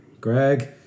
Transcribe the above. Greg